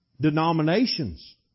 Denominations